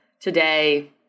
today